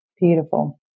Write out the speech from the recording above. Beautiful